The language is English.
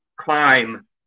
climb